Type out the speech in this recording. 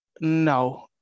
No